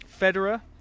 Federer